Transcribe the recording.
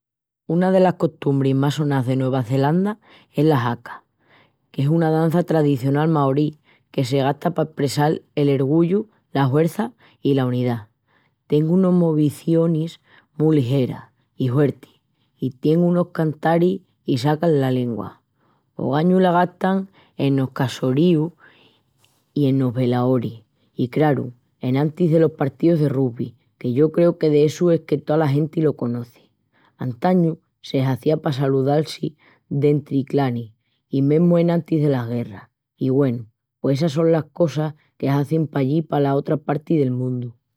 Una de las costumbris más sonás de Nueva Zelanda es la haka, qu'es una dança tradicional maorí, que se gasta pa espressal el ergullu, la huerça i la unidá. Tien unas movicionis mu ligeras i huertis. I tien unus cantaris i sacan la lengua. Ogañu la gastan enos casorius i enos velorius i, craru, enantis delos partíus de rugby, que yo creu que d'essu es que tola genti lo conoci. Antañu se hazía pa salual-si dentri clanis i mesmu enantis delas guerras. I güenu, pos essas son las cosas que hazin pallí pala otra parti del mundu.